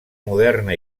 moderna